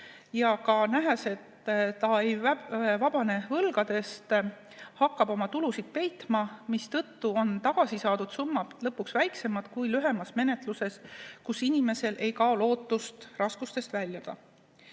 ja nähes, et ta ei vabane võlgadest, hakkab oma tulusid peitma, mistõttu on tagasi saadud summad lõpuks väiksemad kui lühema menetluse korral, kus inimesel ei kao lootus raskustest väljuda.